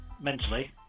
mentally